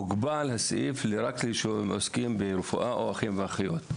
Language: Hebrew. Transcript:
הוגבל הסעיף רק לעוסקים ברפואה או לאחים ואחיות.